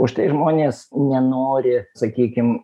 už tai žmonės nenori sakykim